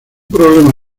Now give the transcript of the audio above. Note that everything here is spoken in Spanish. problema